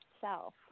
self